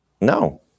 No